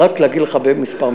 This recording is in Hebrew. רק להגיד לך בכמה מילים.